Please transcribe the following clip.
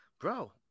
bro